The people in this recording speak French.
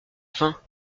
fin